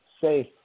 safe